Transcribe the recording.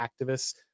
activists